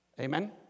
amen